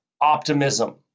optimism